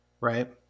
right